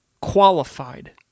qualified